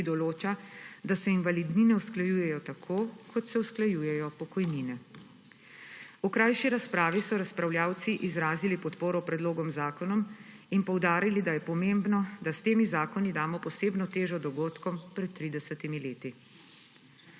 ki določa, da se invalidnine usklajujejo tako, kot se usklajujejo pokojnine. V krajši razpravi so razpravljavci izrazili podporo predlogom zakonov in poudarili, da je pomembno, da s temi zakoni damo posebno težo dogodkom pred 30 leti.